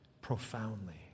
profoundly